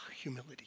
Humility